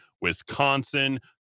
Wisconsin